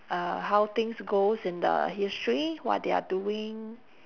uh how things goes in the history what they're doing